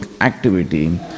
activity